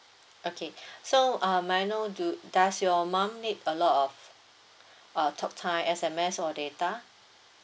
okay so um may I know do does your mum need a lot of uh talk time S_M_S or data